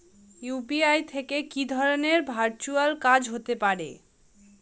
UPI থেকে কি ধরণের ভার্চুয়াল কাজ হতে পারে?